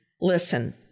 Listen